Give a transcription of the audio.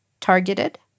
targeted